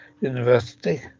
University